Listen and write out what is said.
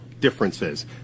differences